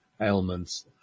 ailments